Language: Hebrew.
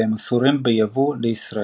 והם אסורים בייבוא לישראל.